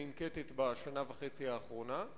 שננקטת בשנה וחצי האחרונה?